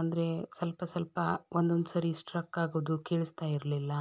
ಅಂದರೆ ಸ್ವಲ್ಪ ಸ್ವಲ್ಪ ಒಂದೊಂದು ಸರಿ ಸ್ಟ್ರಕ್ ಆಗೋದು ಕೇಳಿಸ್ತಾ ಇರಲಿಲ್ಲ